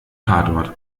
tatort